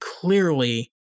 clearly